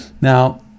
Now